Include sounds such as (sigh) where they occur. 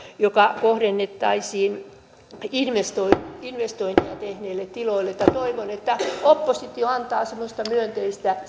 joka kohdennettaisiin investointeja tehneille tiloille toivon että oppositio antaa semmoista myönteistä (unintelligible)